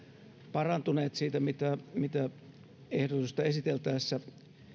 parantuneet siitä mitä mitä ehdotusta esiteltäessä